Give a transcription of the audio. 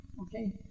Okay